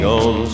on